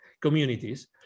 communities